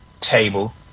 table